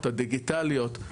הדיגיטליות.